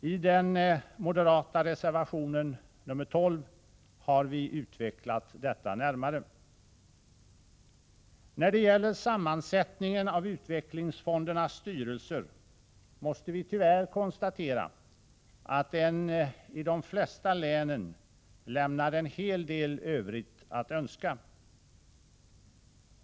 I den moderata reservationen nr 12 har vi utvecklat detta närmare. När det gäller sammansättningen av utvecklingsfondernas styrelser måste vi tyvärr konstatera att den i de flesta län lämnar en hel del övrigt att önska.